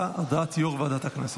יו"ר ועדת הכנסת.